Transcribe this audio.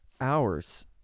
hours